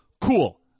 cool